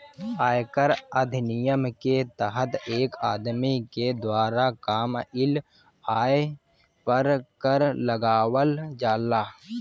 आयकर अधिनियम के तहत एक आदमी के द्वारा कामयिल आय पर कर लगावल जाला